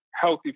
healthy